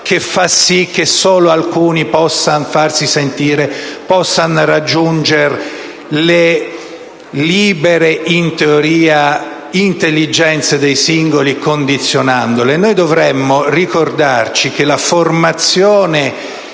che fa sì che solo alcuni possano farsi sentire e possano raggiungere le libere, in teoria, intelligenze dei singoli, condizionandole. Noi dovremmo ricordarci che la formazione